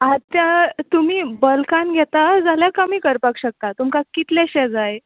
आतां तुमी बल्कान घेता जाल्यार कमी करपाक शकता तुमकां कितलेशे जाय